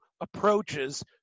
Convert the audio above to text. approaches